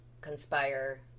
conspire